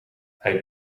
hij